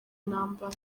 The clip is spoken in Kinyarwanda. intambara